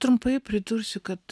trumpai pridursiu kad